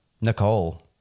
Nicole